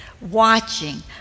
watching